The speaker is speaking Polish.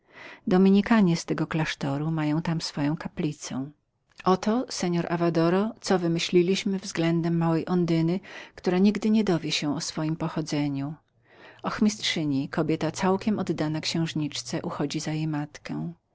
dominikanie z tego klasztoru mają tam swoją kaplicę oto jest tymczasem seor avadoro co wymyśliliśmy względem małej ondyny która nigdy nie dowie się o swojem pochodzeniu ochmistrzyni kobieta całkiem oddana księżniczce uchodzi za jej matkę